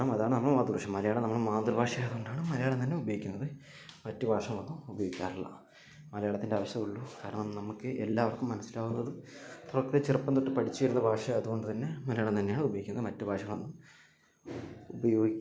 പണ്ടുപണ്ടു കാലങ്ങളിൽ ഉണ്ടായിരുന്ന ആളുകൾ അതായത് മലയാള ഭാഷയാണ് എല്ലാം മലയാളമാണു മാതൃഭാഷയെന്നു പറഞ്ഞിട്ടാണ് നമ്മൾ കുട്ടികളെ വളർത്തിയിരുന്നത് ഇപ്പോള് നമ്മൾ മാതൃഭാഷേനെക്കുറിച്ചു സംസാരത്തിൽ മാത്രമാണ് മാതൃഭാഷ മലയാ ളം പക്ഷേ